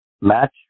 match